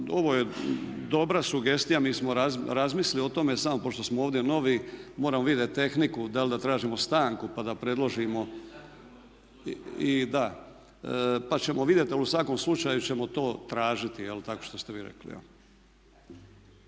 Ovo je dobra sugestija, mi smo razmislili o tome, samo pošto smo ovdje novi moramo vidjeti tehniku da li da tražimo stanku pa da predložimo … …/Upadica se ne čuje./… Pa ćemo vidjeti, ali u svakom slučaju ćemo to tražiti, tako što ste vi rekli.